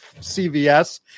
CVS